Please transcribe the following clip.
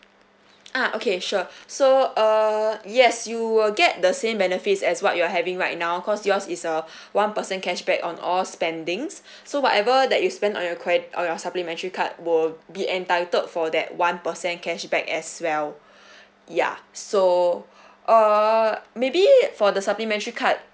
ah okay sure so uh yes you will get the same benefits as what you're having right now cause yours is a one percent cashback on all spendings so whatever that you spend on your cred~ on your supplementary card will be entitled for that one percent cashback as well ya so uh maybe for the supplementary card